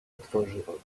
otworzył